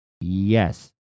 Yes